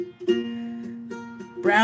Brown